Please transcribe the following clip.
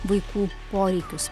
vaikų poreikius